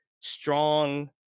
strong